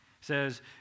says